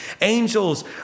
Angels